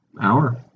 hour